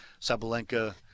Sabalenka